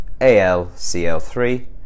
AlCl3